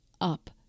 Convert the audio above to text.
up